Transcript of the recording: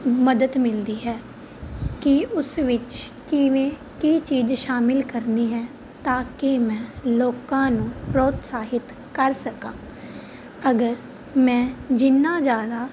ਮਦਦ ਮਿਲਦੀ ਹੈ ਕਿ ਉਸ ਵਿੱਚ ਕਿਵੇਂ ਕੀ ਚੀਜ਼ ਸ਼ਾਮਿਲ ਕਰਨੀ ਹੈ ਤਾਂ ਕਿ ਮੈਂ ਲੋਕਾਂ ਨੂੰ ਪ੍ਰੋਤਸਾਹਿਤ ਕਰ ਸਕਾਂ ਅਗਰ ਮੈਂ ਜਿੰਨਾ ਜ਼ਿਆਦਾ